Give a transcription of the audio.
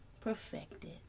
perfected